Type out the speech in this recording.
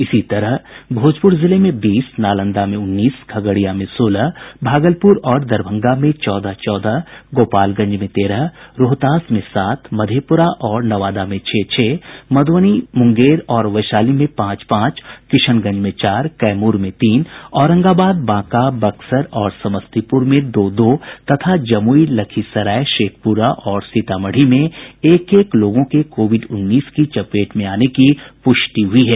इसी तरह भोजपुर जिले में बीस नालंदा में उन्नीस खगड़िया में सोलह भागलपुर और दरभंगा में चौदह चौदह गोपालगंज में तेरह रोहतास में सात मधेप्ररा और नवादा में छह छह मध्रबनी मुंगेर और वैशाली में पांच पांच किशनगंज में चार कैमूर में तीन औरंगाबाद बांका बक्सर और समस्तीपुर में दो दो तथा जमुई लखीसराय शेखपुरा और सीतामढ़ी में एक एक लोगों के कोविड उन्नीस की चपेट में आने की प्रष्टि हुई है